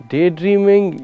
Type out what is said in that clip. Daydreaming